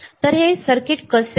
तर हे एकात्मिक सर्किट आहे कसे